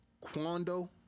Quando